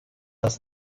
das